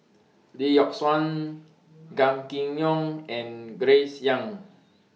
Lee Yock Suan Gan Kim Yong and Grace Young